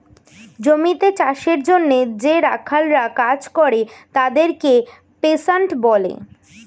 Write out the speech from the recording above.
জমিতে চাষের জন্যে যে রাখালরা কাজ করে তাদেরকে পেস্যান্ট বলে